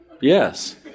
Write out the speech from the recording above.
Yes